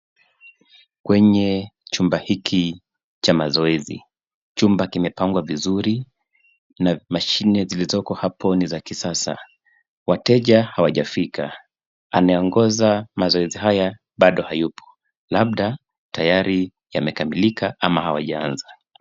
Kwenye chumba hiki cha mazoezi, chumba kimepangwa vizuri na mashine zilizoko hapo ni za kisasa. Wateja hawajafika, anayeongonza mazoezi haya bado hayupo. Labda tayari yamekamilika ama hawajaanza.